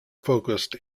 focused